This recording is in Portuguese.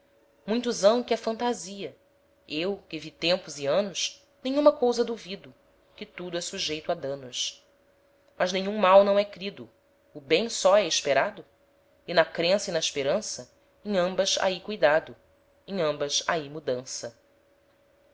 muitos hão que é fantasia eu que vi tempos e anos nenhuma cousa duvido que tudo é sujeito a danos mas nenhum mal não é crido o bem só é esperado e na crença e na esperança em ambas ha hi cuidado em ambas ha hi mudança